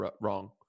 wrong